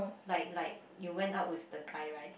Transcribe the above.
like like you went out with the guy right